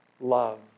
Love